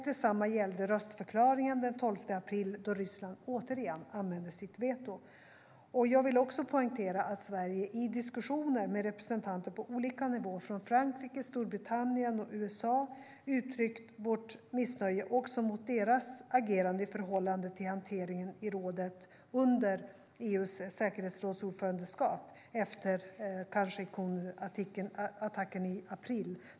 Detsamma gällde röstförklaringen den 12 april, då Ryssland återigen använde sitt veto. Jag vill poängtera att Sverige i diskussioner på olika nivåer med representanter från Frankrike, Storbritannien och USA har uttryckt missnöje också med deras agerande i förhållande till hanteringen i rådet under EU:s säkerhetsrådsordförandeskap, efter attacken i Khan Shaykhun i april.